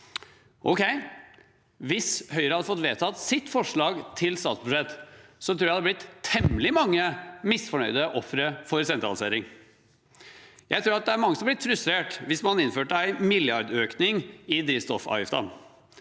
Hvis Høyre hadde fått vedtatt sitt forslag til statsbudsjett, tror jeg det hadde blitt temmelig mange misfornøyde ofre for sentralisering. Jeg tror at mange hadde blitt frustrert hvis man innførte en milliardøkning i drivstoffavgiftene.